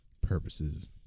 purposes